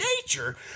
nature